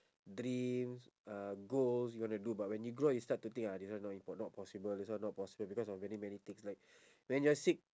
dreams uh goals you wanna do but when you grow you start to think ah this one not import~ not possible this one not possible because of many many things like when you're sick